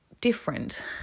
different